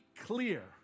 clear